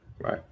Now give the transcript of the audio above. right